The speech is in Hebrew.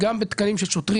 זה גם בתקנים של שוטרים,